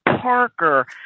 Parker